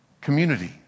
community